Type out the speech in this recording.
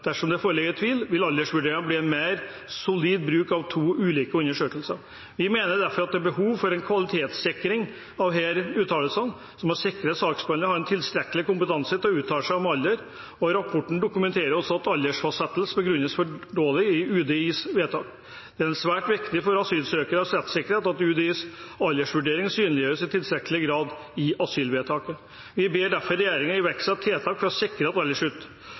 Dersom det foreligger tvil, vil aldersvurderinger bli mer solide med bruk av to ulike undersøkelser. Vi mener derfor at det er behov for en kvalitetssikring av disse uttalelsene, og det må sikres at saksbehandlere har tilstrekkelig kompetanse til å uttale seg om alder. Rapporten dokumenterer også at aldersfastsettelse begrunnes for dårlig i UDIs vedtak. Det er svært viktig for asylsøkernes rettssikkerhet at UDIs aldersvurdering synliggjøres i tilstrekkelig grad i asylvedtaket. Vi ber derfor regjeringen iverksette tiltak for å sikre at